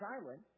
silent